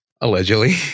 Allegedly